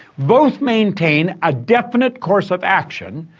both maintain a definite course of action,